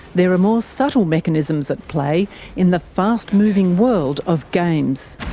there are more subtle mechanisms at play in the fast-moving world of games.